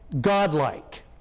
godlike